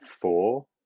four